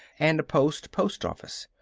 and a post post-office.